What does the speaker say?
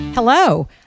Hello